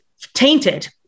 tainted